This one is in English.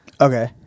Okay